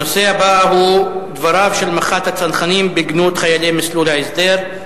הנושא הבא: דבריו של מח"ט הצנחנים בגנות חיילי מסלול ההסדר,